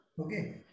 Okay